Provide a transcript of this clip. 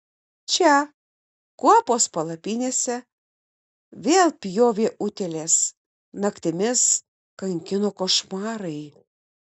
čia kuopos palapinėse vėl pjovė utėlės naktimis kankino košmarai